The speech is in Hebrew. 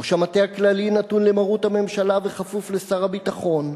ראש המטה הכללי נתון למרות הממשלה וכפוף לשר הביטחון.